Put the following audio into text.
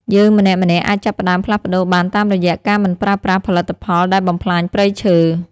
យើងម្នាក់ៗអាចចាប់ផ្តើមផ្លាស់ប្តូរបានតាមរយៈការមិនប្រើប្រាស់ផលិតផលដែលបំផ្លាញព្រៃឈើ។